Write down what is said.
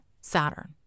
Saturn